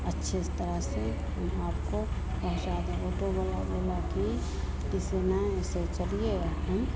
अच्छे तरह से हम आपको पहुँचा दें ओटो वाला बोला कि ऐसे चलिएगा हम